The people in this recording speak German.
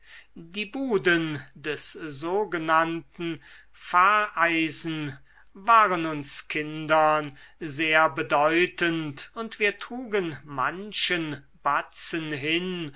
die buden des sogenannten pfarreisen waren uns kindern sehr bedeutend und wir trugen manchen batzen hin